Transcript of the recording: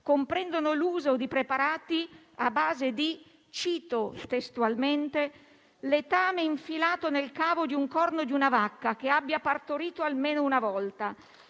comprendono l'uso di preparati a base - cito testualmente - di letame infilato nel cavo di un corno di una vacca che abbia partorito almeno una volta.